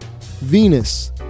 Venus